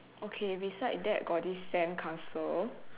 okay beside that got this sandcastle